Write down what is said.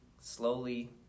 slowly